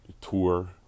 tour